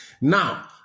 Now